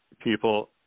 people